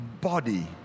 body